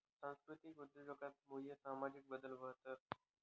सांस्कृतिक उद्योजकता मुये सामाजिक बदल व्हतंस